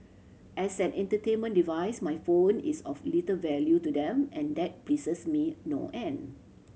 as an entertainment device my phone is of little value to them and that pleases me no end